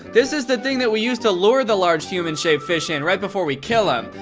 this is the thing that we use to lure the large, human-shaped fish in right before we kill him.